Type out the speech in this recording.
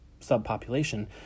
subpopulation